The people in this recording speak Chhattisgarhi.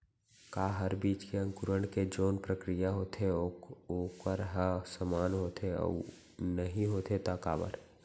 का हर बीज के अंकुरण के जोन प्रक्रिया होथे वोकर ह समान होथे, अऊ नहीं होथे ता काबर?